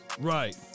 Right